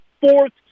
fourth